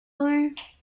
rue